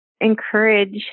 encourage